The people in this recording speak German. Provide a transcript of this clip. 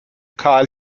karl